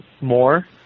more